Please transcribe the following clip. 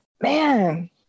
man